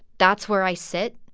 that's where i sit.